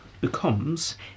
becomes